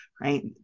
right